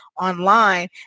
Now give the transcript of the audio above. online